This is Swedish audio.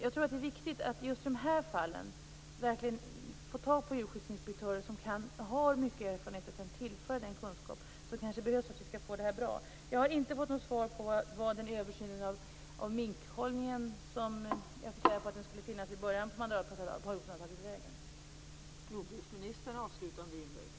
Jag tror att det är viktigt att just i dessa fall få tag på djurskyddsinspektörer som har mycket erfarenheter och som kan tillföra den kunskap som kanske behövs för att vi skall få ett bra resultat. Jag har inte fått något svar på var översynen av minkhållningen som jag i början av mandatperioden fick reda på skulle göras har tagit vägen.